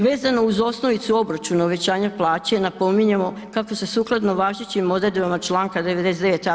Vezano uz osnovicu obračuna uvećanja plaće napominjemo kako se sukladno važećim odredbama čl. 92.